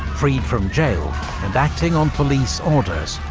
freed from jail and acting on police orders.